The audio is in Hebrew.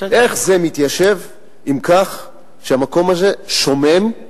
איך זה מתיישב עם כך שהמקום הזה שומם,